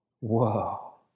Whoa